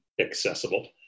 accessible